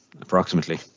approximately